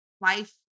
life